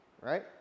right